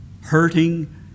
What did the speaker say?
hurting